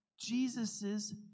Jesus's